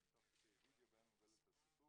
מתוך קטעי וידאו בהם הוא מגולל את הסיפור: